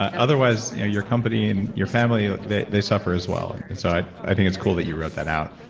ah otherwise you know your company and your family, they they suffer as well. and and so i i think it's cool that you wrote that out.